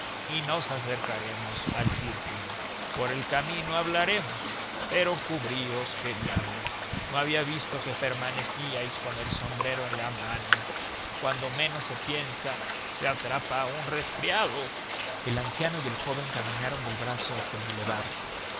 y nos acercaremos al círculo por el camino hablaremos pero cubríos qué diablo no había visto que permanecíais con el sombrero en la mano cuando menos se piensa se atrapa un resfriado el anciano y el joven caminaron del brazo hasta el bulevar